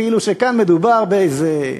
כאילו שכאן מדובר באיזה,